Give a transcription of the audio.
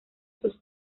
sus